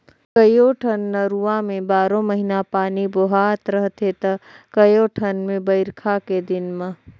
कयोठन नरूवा में बारो महिना पानी बोहात रहथे त कयोठन मे बइरखा के दिन में